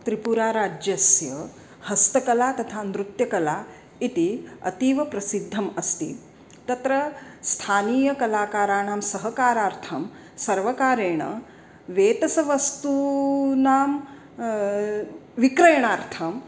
त्रिपुराराज्यस्य हस्तकला तथा नृत्यकला इति अतीव प्रसिद्धम् अस्ति तत्र स्थानीयकलाकाराणां सहकारार्थं सर्वकारेण वेतसवस्तूनां विक्रयणार्थम्